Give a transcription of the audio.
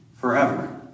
forever